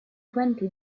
twenty